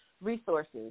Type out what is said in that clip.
resources